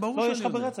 על שתיים ברור שאני אענה.